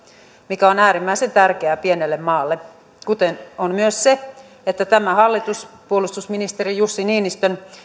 mikä on äärimmäisen tärkeää pienelle maalle kuten on myös se että tämä hallitus puolustusministeri jussi niinistön